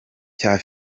cya